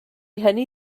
hynny